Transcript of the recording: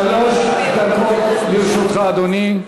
שלוש דקות לרשותך, אדוני.